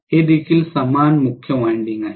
हे देखील समान मुख्य वायंडिंग आहे